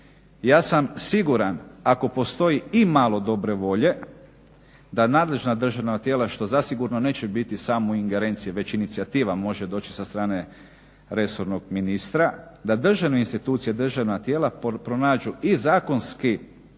Ja sam siguran ako postoji imalo dobre volje da nadležna državna tijela što zasigurno neće biti samo u ingerenciji već inicijativa može doći sa strane resornog ministra, da državne institucije, državna tijela pronađu i zakonski